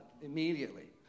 immediately